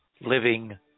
living